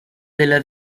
della